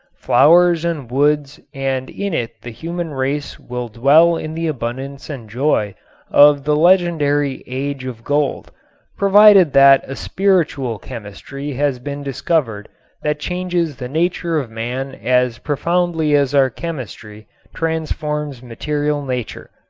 flowers and woods and in it the human race will dwell in the abundance and joy of the legendary age of gold provided that a spiritual chemistry has been discovered that changes the nature of man as profoundly as our chemistry transforms material nature.